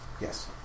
yes